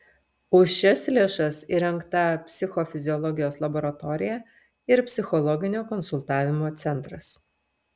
už šias lėšas įrengta psichofiziologijos laboratorija ir psichologinio konsultavimo centras